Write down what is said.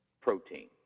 protein